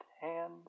hands